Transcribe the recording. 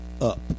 up